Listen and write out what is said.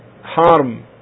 harm